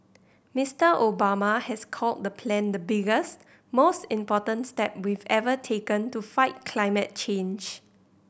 Mister Obama has called the plan the biggest most important step we've ever taken to fight climate change